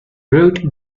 route